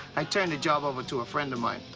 i turned the job over to a friend of mine.